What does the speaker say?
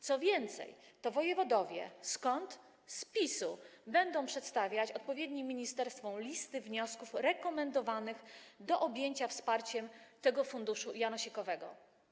Co więcej, to wojewodowie - którzy? - z PiS-u będą przedstawiać odpowiednim ministerstwom listy wniosków rekomendowanych do objęcia wsparciem w ramach tego funduszu janosikowego.